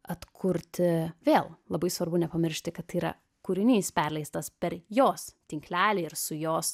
atkurti vėl labai svarbu nepamiršti kad tai yra kūrinys perleistas per jos tinklelį ir su jos